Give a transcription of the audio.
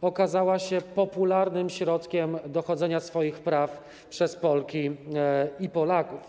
okazała się popularnym środkiem dochodzenia swoich praw przez Polki i Polaków.